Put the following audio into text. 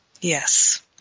yes